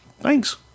thanks